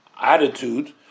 attitude